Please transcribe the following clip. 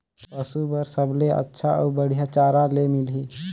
पशु बार सबले अच्छा अउ बढ़िया चारा ले मिलही?